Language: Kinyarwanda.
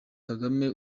kagame